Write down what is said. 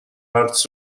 arts